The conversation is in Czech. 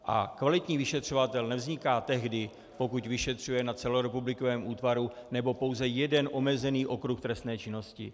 A kvalitní vyšetřovatel nevzniká tehdy, pokud vyšetřuje na celorepublikovém útvaru nebo pouze jeden omezený okruh trestné činnosti.